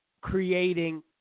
creating